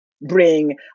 bring